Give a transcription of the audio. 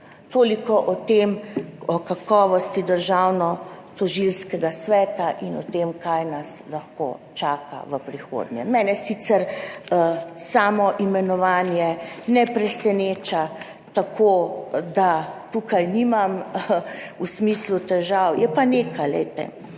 Toliko o tem, o kakovosti Državnotožilskega sveta in o tem, kaj nas lahko čaka v prihodnje. Mene sicer samo imenovanje ne preseneča, tako da tukaj v tem smislu nimam v težav, je pa nekaj, glejte,